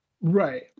Right